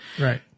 Right